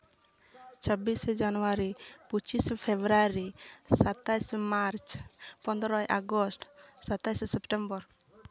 ᱪᱷᱟᱵᱵᱤᱥᱮ ᱡᱟᱱᱩᱣᱟᱨᱤ ᱯᱚᱸᱪᱤᱥᱮ ᱯᱷᱮᱵᱽᱨᱩᱣᱟᱨᱤ ᱥᱟᱛᱟᱥᱮ ᱢᱟᱨᱪ ᱯᱚᱸᱫᱽᱨᱚᱭ ᱟᱜᱚᱥᱴ ᱥᱟᱛᱟᱥᱮ ᱥᱮᱯᱴᱮᱢᱵᱚᱨ